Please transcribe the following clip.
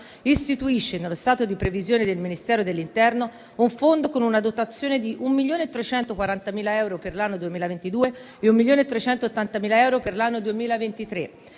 istituisce nello stato di previsione del Ministero dell'interno un fondo con una dotazione di 1,340 milioni di euro per l'anno 2022 e di 1,380 milioni per l'anno 2023.